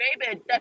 baby